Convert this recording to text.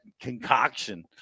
concoction